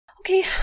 Okay